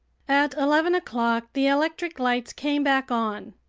at eleven o'clock the electric lights came back on.